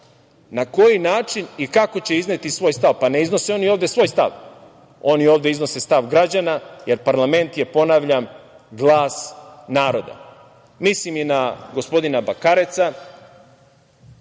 na koji način i kako će izneti svoj stav. Ne iznose oni ovde svoj stav, oni ovde iznose stav građana, jer parlament je, ponavljam, glas naroda. Mislim i na gospodina Bakareca